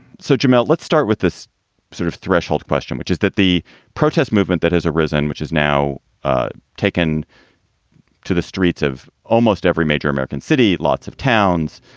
so, jamal, let's start with this sort of threshold question, which is that the protest movement that has arisen, which is now ah taken to the streets of almost every major american city, lots of towns.